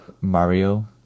Mario